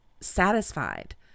satisfied